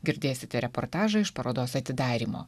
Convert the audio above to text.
girdėsite reportažą iš parodos atidarymo